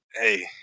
Hey